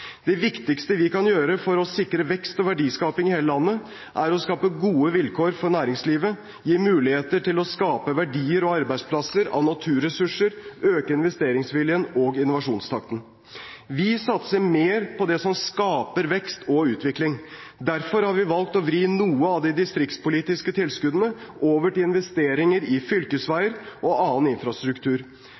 Det viktigste vi kan gjøre for å sikre vekst og verdiskaping i hele landet, er å skape gode vilkår for næringslivet, gi muligheter til å skape verdier og arbeidsplasser av naturressurser, øke investeringsviljen og innovasjonstakten. Vi satser mer på det som skaper vekst og utvikling. Derfor har vi valgt å vri noe av de distriktspolitiske tilskuddene over til investeringer i fylkesveier og annen infrastruktur,